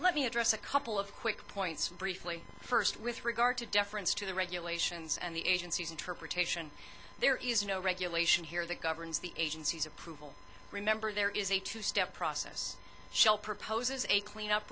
let me address a couple of quick points briefly first with regard to deference to the regulations and the agency's interpretation there is no regulation here that governs the agency's approval remember there is a two step process shell proposes a cleanup